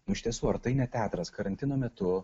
nu iš tiesų ar tai ne teatras karantino metu